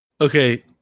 Okay